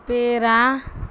پیرا